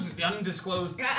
undisclosed